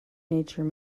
nature